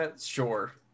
Sure